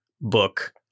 book